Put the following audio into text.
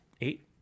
Eight